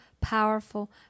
powerful